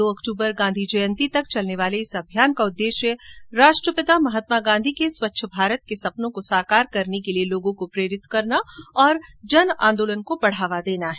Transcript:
दो अक्तूबर गांधी जयंती तक चलने वाले इस अभियान का उद्देश्य राष्ट्रपिता महात्मा गांधी के स्वच्छ भारत के सपनों को साकार करने के लिए लोगों को प्रेरित करना और जन आंदोलन को बढ़ावा देना है